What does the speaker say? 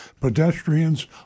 pedestrians